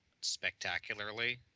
spectacularly